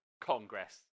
Congress